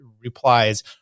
replies